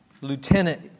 Lieutenant